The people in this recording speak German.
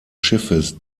schiffes